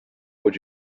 would